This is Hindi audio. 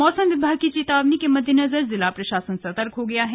मौसम विभाग की चेतावनी के मद्देनजर जिला प्रशासन सतर्क हो गया है